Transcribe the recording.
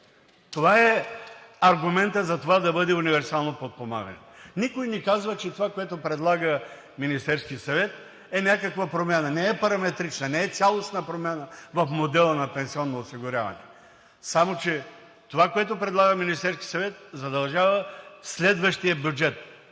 Това е аргументът за това да бъде универсално подпомагането. Никой не казва, че това, което предлага Министерският съвет, е някаква промяна! Не е параметрична, не е цялостна промяна в модела на пенсионно осигуряване, само че това, което предлага Министерският съвет, задължава следващия бюджет,